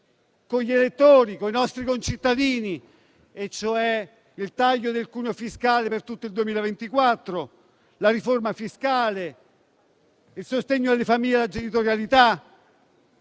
con gli elettori e con i nostri concittadini, cioè il taglio del cuneo fiscale per tutto il 2024, la riforma fiscale, il sostegno alle famiglie e alla genitorialità,